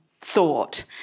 thought